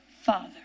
Father